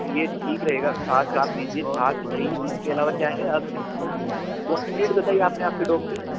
तो ये ठीक रहेगा छाछ फ़िर आप दीजिए छाछ दही इसके अलावा क्या है कौन सी ब्रीड बताइ आप ने आप के डॉग की